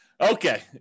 okay